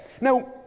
Now